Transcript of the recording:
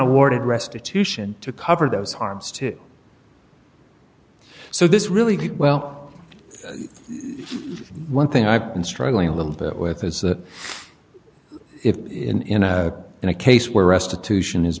awarded restitution to cover those harms too so this really well one thing i've been struggling a little bit with is that if in a in a case where restitution is